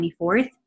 24th